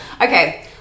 Okay